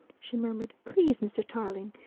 she murmured, please, mr. tarling!